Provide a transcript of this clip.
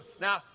Now